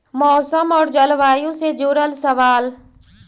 मौसम और जलवायु से जुड़ल सवाल?